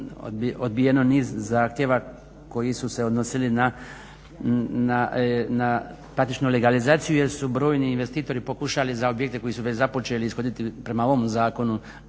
odbijeno niz zakona koji su se odnosili na praktično legalizaciju jer su brojni investitori pokušali za objekte koji su već započeli ishoditi prema ovom zakonu